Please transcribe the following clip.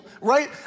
right